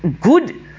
good